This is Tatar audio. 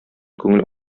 күңел